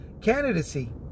candidacy